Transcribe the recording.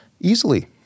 Easily